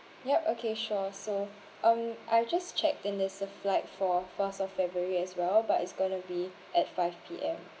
yup okay sure so um I just checked and there's a flight for first of february as well but it's gonna be at five P_M